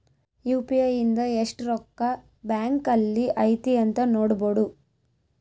UPI ಇಂದ ಎಸ್ಟ್ ರೊಕ್ಕ ಬ್ಯಾಂಕ್ ಅಲ್ಲಿ ಐತಿ ಅಂತ ನೋಡ್ಬೊಡು